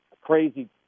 crazy